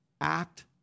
act